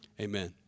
amen